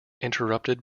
interrupted